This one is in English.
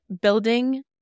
building